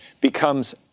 becomes